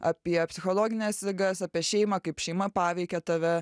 apie psichologines ligas apie šeimą kaip šeima paveikia tave